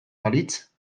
balitz